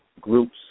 groups